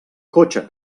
cotxe